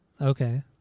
Okay